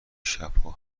شبا